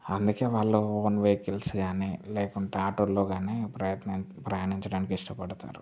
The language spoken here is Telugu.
అందుకే వాళ్ళు ఓన్ వెహికల్స్ కాని లేకుంటే ఆటోలో కాని ప్రయత్నం ప్రయాణించడానికి ఇష్టపడతారు